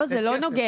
לא, זה לא נוגד.